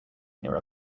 near